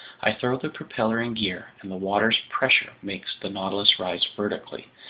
i throw the propeller in gear, and the water's pressure makes the nautilus rise vertically,